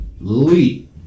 Lee